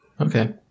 Okay